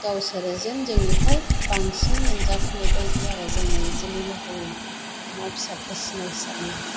गावसोरो जेन जोंनिफ्राय बांसिन मोनजाफैनाय बायदि आरो जोङो बिदिनो लकेल अमा फिसाफोरा सिनायसाबनायहाय